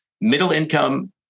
middle-income